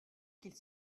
qu’il